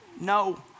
no